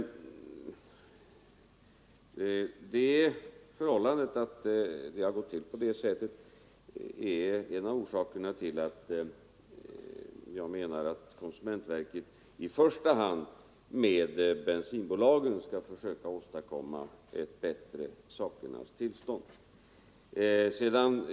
Det förhållandet att det har gått till på det sättet är en av orsakerna till att jag menar att konsumentverket i första hand tillsammans med bensinbolagen skall försöka åstadkomma ett bättre sakernas tillstånd.